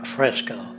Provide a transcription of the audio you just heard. Fresco